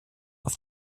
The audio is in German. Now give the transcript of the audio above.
auf